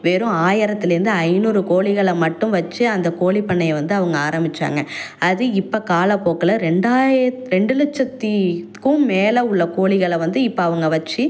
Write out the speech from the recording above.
வெறும் ஆயிரத்துல இருந்து ஐநூறு கோழிகளை மட்டும் வச்சு அந்த கோழி பண்ணையை வந்து அவங்க ஆரம்பிச்சாங்கள் அது இப்போ காலபோக்கில் ரெண்டாயத் ரெண்டு லட்சத்துக்கும் மேலே உள்ள கோழிகளை வந்து இப்போ அவங்க வச்சு